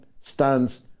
stands